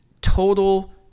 total